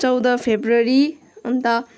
चौध फेब्रुअरी अन्त